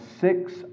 six